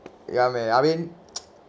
ya man I mean